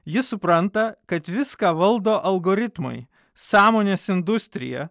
ji supranta kad viską valdo algoritmai sąmonės industrija